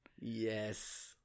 Yes